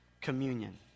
communion